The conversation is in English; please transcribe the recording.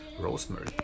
rosemary